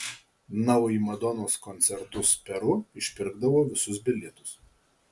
na o į madonos koncertus peru išpirkdavo visus bilietus